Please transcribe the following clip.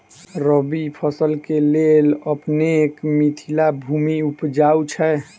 रबी फसल केँ लेल अपनेक मिथिला भूमि उपजाउ छै